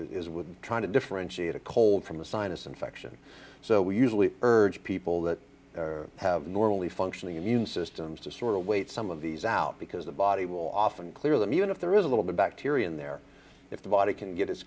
is with trying to differentiate a cold from a sinus infection so we usually urge people that are have normally functioning immune systems to sort of wait some of these out because the body will often clear them even if there is a little bit bacteria in there if the body can get